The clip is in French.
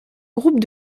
groupe